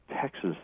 texas